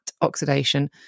oxidation